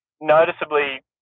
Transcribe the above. noticeably